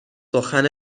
سخن